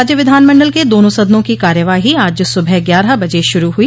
राज्य विधानमंडल के दोनों सदनों की कार्यवाही आज सुबह ग्यारह बजे शुरू हुई